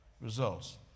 results